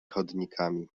chodnikami